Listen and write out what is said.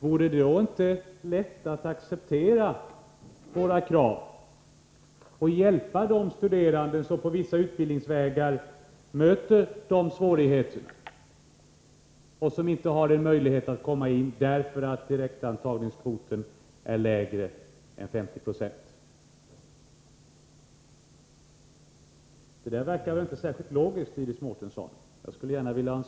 Vore det då inte lätt att acceptera våra krav och hjälpa de studerande som på vissa utbildningsvägar möter dessa svårigheter och inte har möjlighet att komma in därför att direktantagningskvoten är lägre än 50 96? Jag skulle gärna vilja att Iris Mårtensson svarade på den frågan.